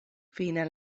fine